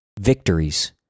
victories